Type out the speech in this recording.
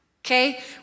Okay